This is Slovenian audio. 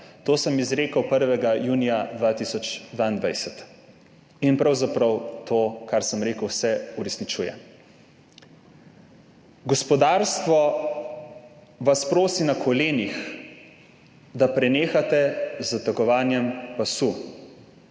To sem izrekel 1. junija 2022 in pravzaprav se to, kar sem rekel, uresničuje. Gospodarstvo vas na kolenih prosi, da prenehate z zategovanjem pasu,